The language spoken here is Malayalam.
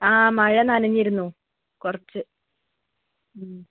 ആ മഴ നനഞ്ഞിരുന്നു കുറച്ച്